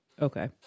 Okay